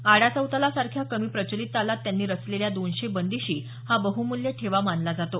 आडा चौताला सारख्या कमी प्रचलित तालात त्यांनी रचलेल्या दोनशे बंदीशी हा बहुमूल्य ठेवा मानला जातो